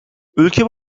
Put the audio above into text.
ülke